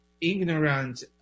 ignorant